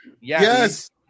Yes